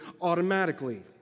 automatically